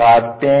काटते हैं